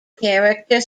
character